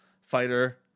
fighter